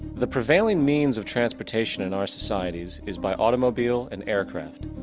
the prevailing means of transportation in our societies is by automobile and aircraft,